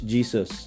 Jesus